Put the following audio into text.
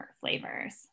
flavors